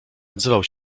odzywał